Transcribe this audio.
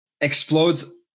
explodes